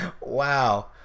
Wow